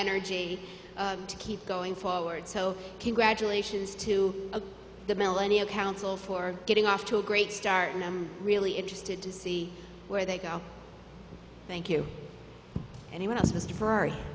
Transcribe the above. energy to keep going forward so congratulations to the millennial council for getting off to a great start and i'm really interested to see where they go thank you anyone else